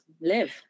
live